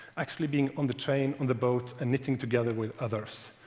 actually being on the train, on the boat, and knitting together with others,